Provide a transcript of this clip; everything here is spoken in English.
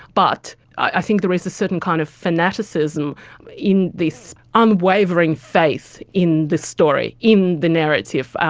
but i think there is a certain kind of fanaticism in this unwavering faith in the story, in the narrative,